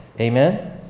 Amen